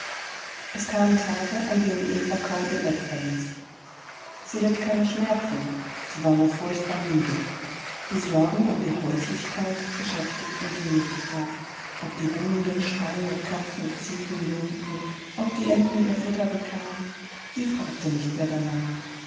es kamen tage an denen eva kaum ihr bett verließ sie litt keine schmerzen sie war nur furchtbar müde die sorgen um die häuslichkeit beschäftigten sie nicht mehr ob die hunde schweine katzen ziegen jungten ob die enten ihr futter bekamen sie fragte nicht mehr danach